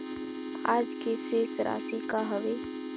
आज के शेष राशि का हवे?